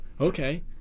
Okay